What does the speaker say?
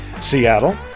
Seattle